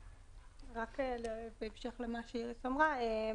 בהמשך למה שאיריס אמרה,